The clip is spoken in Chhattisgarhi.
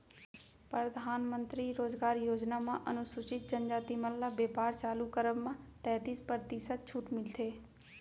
परधानमंतरी रोजगार योजना म अनुसूचित जनजाति मन ल बेपार चालू करब म तैतीस परतिसत छूट मिलथे